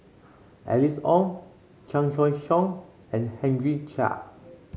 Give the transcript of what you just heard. Alice Ong Chan Choy Siong and Henry Chia